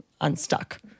unstuck